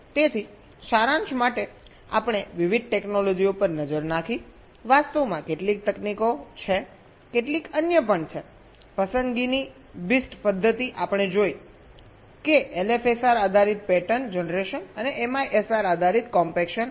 તેથી સારાંશ માટે આપણે વિવિધ ટેકનોલોજીઓ પર નજર નાખી વાસ્તવમાં કેટલીક તકનીકો છે કેટલીક અન્ય પણ છે પસંદગીની BIST પદ્ધતિ આપણે જોઇ છે કે LFSR આધારિત પેટર્ન જનરેશન અને MISR આધારિત કોમ્પેક્શન